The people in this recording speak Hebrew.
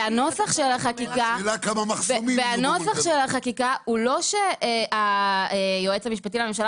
הנוסח של החקיקה לא אומר שהיועץ המשפטי לממשלה